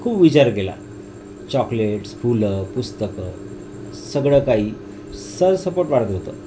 खूप विचार केला चॉकलेट्स फुलं पुस्तकं सगळं काही सरसकट वाटत होतं